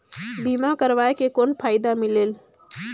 बीमा करवाय के कौन फाइदा मिलेल?